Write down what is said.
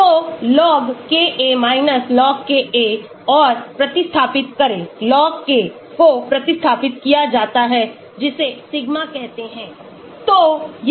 तो log Ka log Ka और प्रतिस्थापित करें log K को प्रतिस्थापित किया जाता है जिसे सिग्माकहते हैं